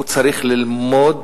הוא צריך ללמוד